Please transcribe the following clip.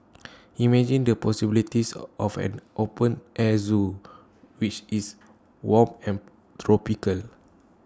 imagine the possibilities of an open air Zoo which is warm and tropical